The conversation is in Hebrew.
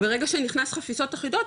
ברגע שנכנס חפיסות אחידות,